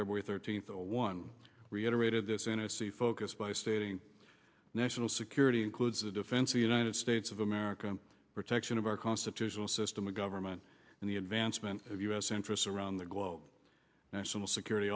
february thirteenth one reiterated this in a sea focus by stating national security includes the defense of united states of america protection of our constitutional system of government and the advancement of u s interests around the globe national security